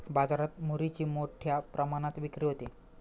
बाजारात मुरीची मोठ्या प्रमाणात विक्री होते